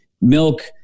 milk